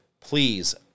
Please